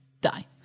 die